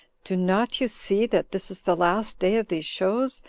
do not you see that this is the last day of these shows,